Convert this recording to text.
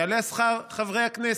יעלה שכר חברי הכנסת,